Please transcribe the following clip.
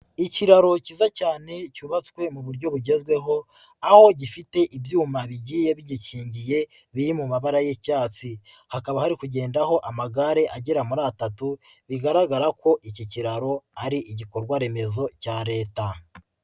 Ikiraro cyiza cyane cyubatswe mu buryo bugezweho aho gifite ibyuma bigiye bigikingiye biri mu mabara y'icyatsi, hakaba hari kugendaho amagare agera muri atatu, bigaragara ko iki kiraro ari igikorwa remezo cya Leta.